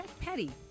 petty